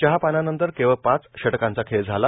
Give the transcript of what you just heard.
चहापानानंतर केवळ पाच षटकांचा खेळ झाला